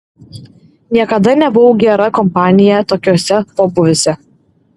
niekada nebuvau gera kompanija tokiuose pobūviuose